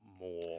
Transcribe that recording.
more